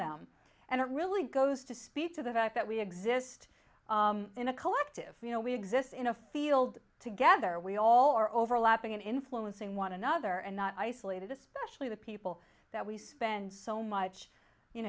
them and it really goes to speak to the fact that we exist in a collective you know we exist in a field together we all are overlapping and influencing one another and not isolated especially the people that we spend so much